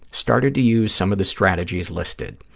started to use some of the strategies listed.